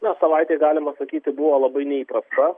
na savaitė galima sakyti buvo labai neįprasta